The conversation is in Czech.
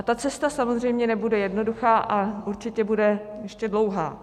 Ta cesta samozřejmě nebude jednoduchá a určitě bude ještě dlouhá.